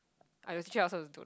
a~ actually I also d~